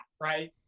right